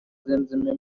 زمزمه